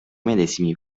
medesimi